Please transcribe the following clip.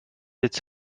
its